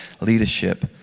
leadership